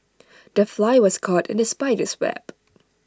the fly was caught in the spider's web